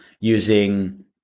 using